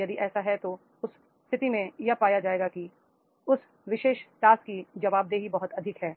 यदि ऐसा है तो उस स्थिति में यह पाया जाएगा कि उस विशेष टास्क की जवाबदेही बहुत अधिक है